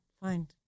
fine